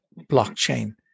blockchain